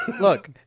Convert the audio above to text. Look